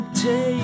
take